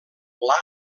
pla